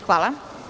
Hvala.